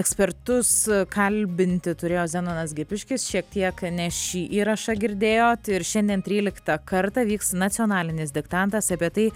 ekspertus kalbinti turėjo zenonas gipiškis šiek tiek ne šį įrašą girdėjot ir šiandien tryliktą kartą vyks nacionalinis diktantas apie tai